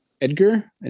Edgar